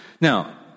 now